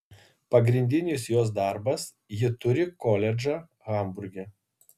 pagrindinis jos darbas ji turi koledžą hamburge